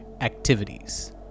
activities